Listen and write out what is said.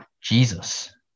Jesus